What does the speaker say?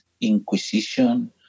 inquisition